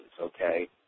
okay